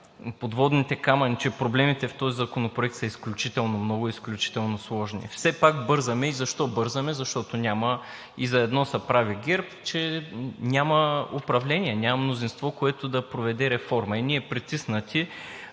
подводните камъни и проблемите в този законопроект са изключително много и изключително сложни, но все пак бързаме. Защо бързаме? Защото няма… За едно са прави ГЕРБ, че няма управление, няма мнозинство, което да проведе реформа, и ние притиснати